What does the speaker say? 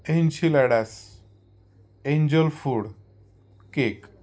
enchiladas angel food cake